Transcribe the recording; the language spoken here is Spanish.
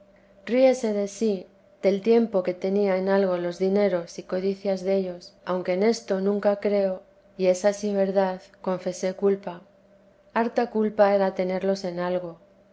de sí del tiempo que tenía en algo los dineros y codicia dellos aunque en esto nunca creo y es ansí verdad confesé culpa harta culpa era tenerlos en algo